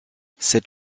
cette